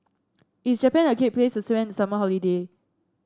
is Japan a great place to spend the summer holiday